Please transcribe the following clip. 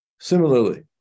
Similarly